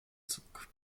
zug